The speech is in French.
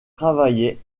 travaillaient